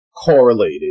correlated